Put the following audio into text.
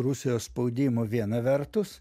rusijos spaudimu viena vertus